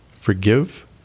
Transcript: forgive